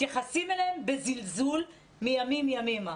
מתייחסים אליהם בזלזול מימים ימימה,